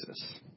Jesus